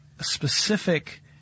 specific